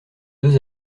deux